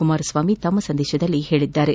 ಕುಮಾರಸ್ವಾಮಿ ತಮ್ಮ ಸಂದೇತದಲ್ಲಿ ಹೇಳಿದ್ದಾರೆ